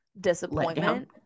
disappointment